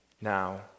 now